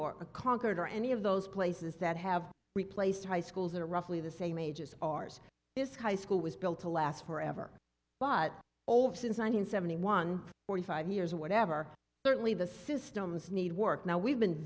or a concord or any of those places that have replaced high schools that are roughly the same age as ours is high school was built to last forever but since one hundred seventy one forty five years whatever certainly the systems need work now we've been